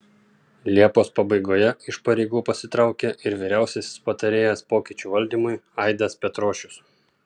liepos pabaigoje iš pareigų pasitraukė ir vyriausiasis patarėjas pokyčių valdymui aidas petrošius